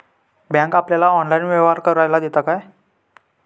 Bank आपल्याला online व्यवहार करायला देता काय?